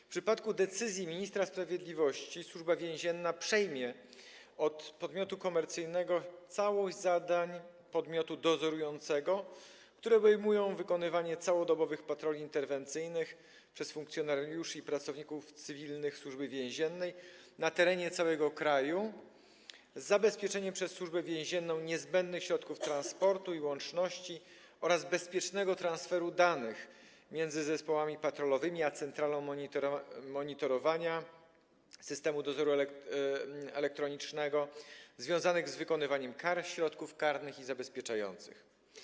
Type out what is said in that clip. W przypadku decyzji ministra sprawiedliwości Służba Więzienna przejmie od podmiotu komercyjnego całość zadań podmiotu dozorującego, które obejmują wykonywanie całodobowych patroli interwencyjnych przez funkcjonariuszy i pracowników cywilnych Służby Więziennej na terenie całego kraju z zabezpieczeniem przez Służbę Więzienną niezbędnych środków transportu i łączności oraz bezpiecznego transferu danych między zespołami patrolowymi a Centralą Monitorowania Systemu Dozoru Elektronicznego, związanych z wykonywaniem kar, środków karnych i zabezpieczających.